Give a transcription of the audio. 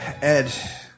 Ed